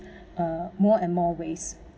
uh more and more waste